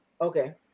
Okay